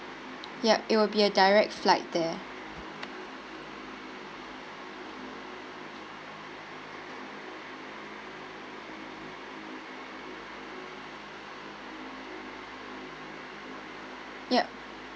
ya it'll be a direct flight there ya